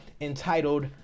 entitled